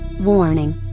Warning